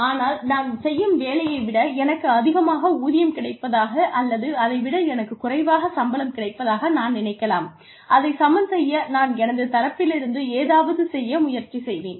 ஆனால் நான் செய்யும் வேலையை விட எனக்கு அதிகமாக ஊதியம் கிடைப்பதாக அல்லது அதை விட எனக்கு குறைவாக சம்பளம் கிடைப்பதாக நான் நினைக்கலாம் அதை சமன் செய்ய நான் எனது தரப்பிலிருந்து ஏதாவது செய்ய முயற்சி செய்வேன்